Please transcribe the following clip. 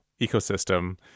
ecosystem